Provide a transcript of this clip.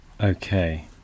Okay